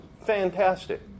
Fantastic